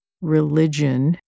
religion